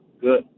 good